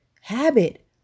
habit